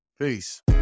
Peace